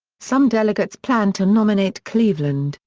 some delegates planned to nominate cleveland,